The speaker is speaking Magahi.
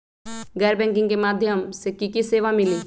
गैर बैंकिंग के माध्यम से की की सेवा मिली?